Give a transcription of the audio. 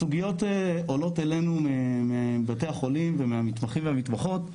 הסוגיות עולות אלינו מבתי החולים ומהמתחמים ומהמתמחות,